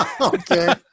Okay